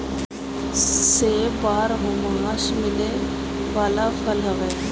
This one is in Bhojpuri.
सेब बारहोमास मिले वाला फल हवे